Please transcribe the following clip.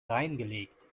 reingelegt